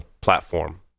platform